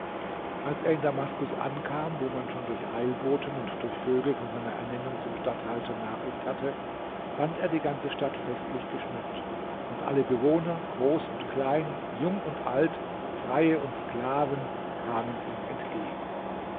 als er in damaskus ankam wo man schon durch eilboten und durch vögel von seiner ernennung zum statthalter nachricht hatte fand er die ganze stadt festlich geschmückt und alle bewohner groß und klein jung und alt freie und sklaven kamen ihm entgegen